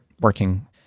working